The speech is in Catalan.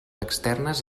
externes